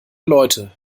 leute